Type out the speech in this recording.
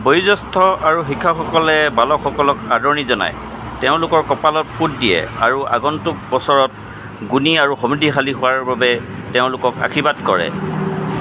বয়োজ্যেষ্ঠ আৰু শিক্ষকসকলে বালকসকলক আদৰণি জনায় তেওঁলোকৰ কপালত ফোঁট দিয়ে আৰু আগন্তুক বছৰত গুণী আৰু সমৃদ্ধিশালী হোৱাৰ বাবে তেওঁলোকক আশীৰ্বাদ কৰে